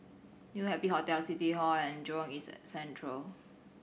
New Happy Hotel City Hall and Jurong East Central